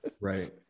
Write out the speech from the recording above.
Right